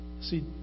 see